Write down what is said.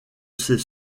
ces